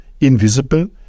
invisible